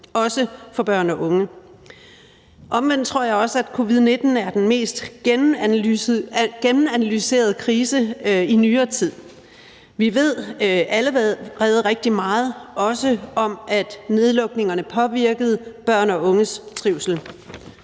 også for børn og unge. Omvendt tror jeg også, at covid-19 er den mest gennemanalyserede krise i nyere tid. Vi ved allerede rigtig meget, også om, at nedlukningerne påvirkede børn og unges trivsel.